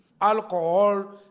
Alcohol